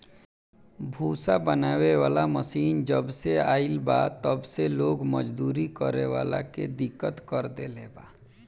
भूसा बनावे वाला मशीन जबसे आईल बा तब से लोग मजदूरी करे वाला के दिक्कत कर देले बा